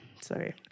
Sorry